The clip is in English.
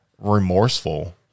remorseful